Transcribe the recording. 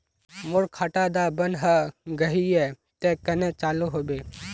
मोर खाता डा बन है गहिये ते कन्हे चालू हैबे?